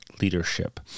leadership